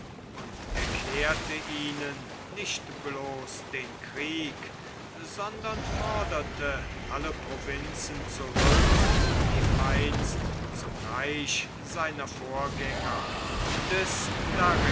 und erklärte ihnen nicht bloß den krieg sondern forderte alle provinzen zurück die einst zum reich seiner vorgänger des